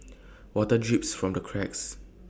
water drips from the cracks